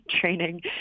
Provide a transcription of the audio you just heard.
training